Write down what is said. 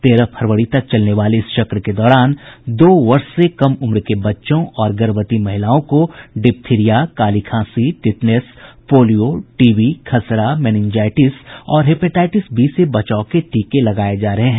तेरह फरवरी तक चलने वाले इस चक्र के दौरान दो वर्ष से कम उम्र के बच्चों और गर्भवती महिलाओं को डिप्थीरिया काली खांसी टिटनेस पोलियो टीबी खसरा मेनिनजाइटिस और हेपेटाइटिस बी से बचाव के टीके लगाये जा रहे हैं